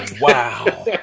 Wow